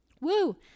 Woo